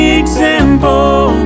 example